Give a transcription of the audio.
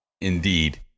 Indeed